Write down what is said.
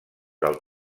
del